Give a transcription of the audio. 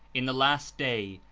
in the last day,